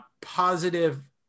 positive